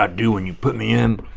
um do when you put me in?